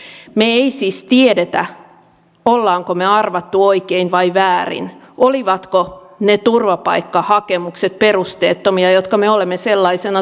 me emme siis tiedä olemmeko me arvanneet oikein vai väärin olivatko ne turvapaikkahakemukset perusteettomia jotka me olemme sellaisina tuominneet